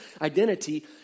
identity